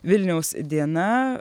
vilniaus diena